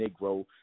Negro